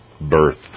birth